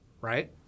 right